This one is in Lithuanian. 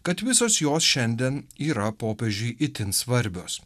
kad visos jos šiandien yra popiežiui itin svarbios